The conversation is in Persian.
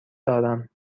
دارم